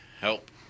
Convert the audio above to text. help